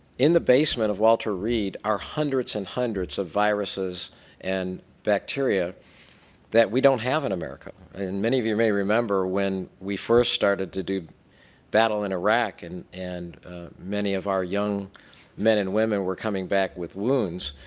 in the basement of walter reed are hundreds an hundreds of viruses and bacteria that we don't have in america. and many of you may remember when we first started to do battle in iraq and and many of our young men and women were coming back with wounds,